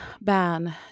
ban